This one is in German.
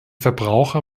verbraucher